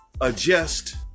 adjust